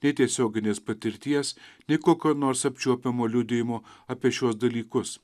nei tiesioginės patirties nei kokio nors apčiuopiamo liudijimo apie šiuos dalykus